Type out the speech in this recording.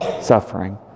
suffering